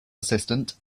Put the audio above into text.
assistant